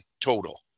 total